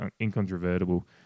incontrovertible